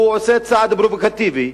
הוא עושה צעד פרובוקטיבי,